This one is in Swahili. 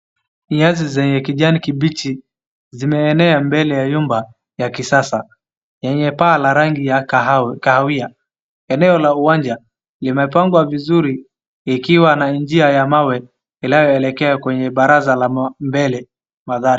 Nyasi zenye kijani kibichi zimeenea mbele ya nyumba ya kisasa yenye paa la rangi ya kahawia. Eneo la uwanja limepangwa vizuri ikiwa na njia ya mawe inayoelekea kwenye baraza la mbele, magari.